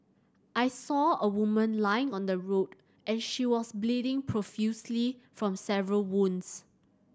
I saw a woman lying on the road and she was bleeding profusely from several wounds